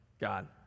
God